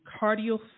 cardio